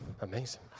amazing